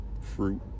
Fruit